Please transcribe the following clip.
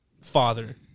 father